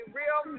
real